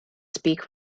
speak